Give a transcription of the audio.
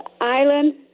island